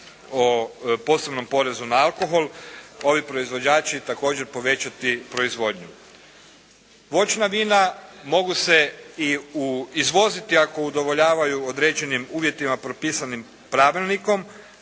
o posebnom porezu na alkohol, ovi proizvođači također povećati proizvodnju. Voćna vina mogu se i izvoziti ako udovoljavaju određenim uvjetima propisanim pravilnikom,